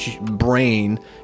brain